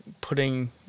putting